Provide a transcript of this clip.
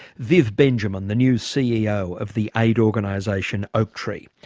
viv benjamin, the new ceo of the aid organisation, oaktree.